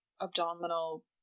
abdominal